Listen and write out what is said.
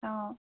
অঁ